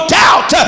doubt